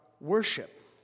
worship